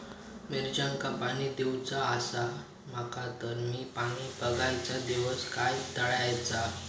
मिरचांका पाणी दिवचा आसा माका तर मी पाणी बायचा दिव काय तळ्याचा?